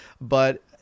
But-